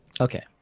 Okay